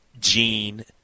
Gene